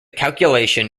calculation